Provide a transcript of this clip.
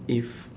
if